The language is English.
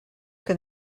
can